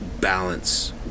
balance